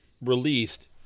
released